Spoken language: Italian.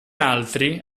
altri